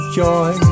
joy